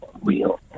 Real